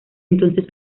entonces